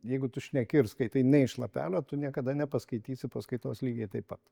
jeigu tu šneki ir skaitai ne iš lapelio tu niekada nepaskaitysi paskaitos lygiai taip pat